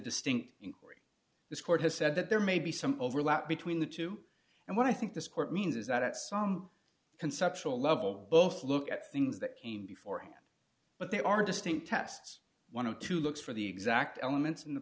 distinct in court this court has said that there may be some overlap between the two and what i think this court means is that at some conceptual level both look at things that came before him but there are distinct tests one of two looks for the exact elements in the